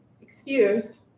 excused